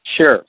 Sure